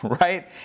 right